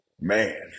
man